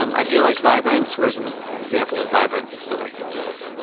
um i feel like vibrance, where's an example of vibrance that i can use?